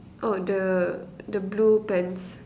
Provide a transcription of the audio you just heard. oh the the blue pants